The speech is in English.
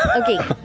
ah okay,